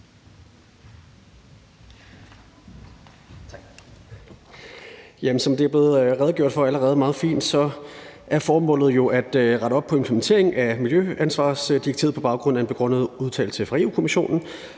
allerede er blevet redegjort meget fint for, er formålet jo at rette op på implementeringen af miljøansvarsdirektivet på baggrund af en begrundet udtalelse fra Europa-Kommissionen.